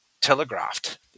telegraphed